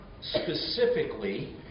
specifically